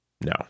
no